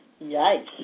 Yikes